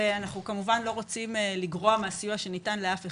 ואנחנו כמובן לא רוצים לגרוע מהסיוע שניתן לאף אחד,